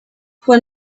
for